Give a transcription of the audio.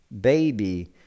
baby